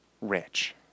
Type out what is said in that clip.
rich